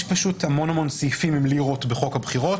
יש המון סעיפים עם המילה לירות בחוק הבחירות.